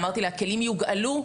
אמרתי לה כלים יוגעלו?